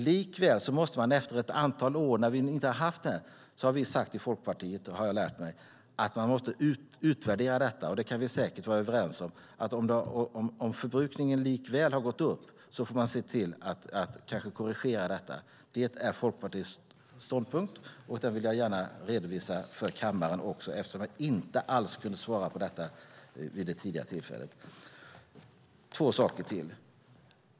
Likväl måste man efter ett antal år utvärdera detta. Det har vi sagt i Folkpartiet, och det har jag lärt mig. Det kan vi säkert vara överens om: Om förbrukningen likväl har gått upp får man se till att kanske korrigera detta. Det är Folkpartiets ståndpunkt, och den ville jag gärna redovisa för kammaren eftersom jag inte alls kunde svara på detta vid det tidigare tillfället. Jag har ett par saker till.